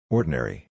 Ordinary